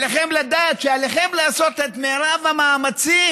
עליכם לדעת שעליכם לעשות את מרב המאמצים